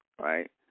right